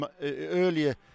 earlier